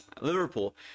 Liverpool